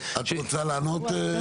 שעות.